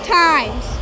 times